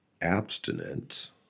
abstinence